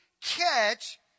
catch